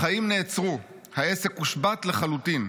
החיים נעצרו, העסק הושבת לחלוטין,